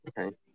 Okay